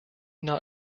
not